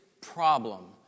problem